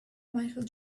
michael